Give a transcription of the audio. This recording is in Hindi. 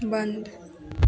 बन्द